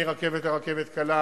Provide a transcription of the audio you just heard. מרכבת לרכבת קלה,